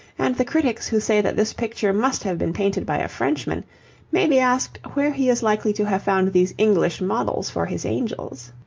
and the critics who say that this picture must have been painted by a frenchman may be asked where he is likely to have found these english models for his angels.